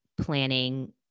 planning